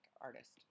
artist